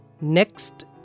Next